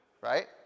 Right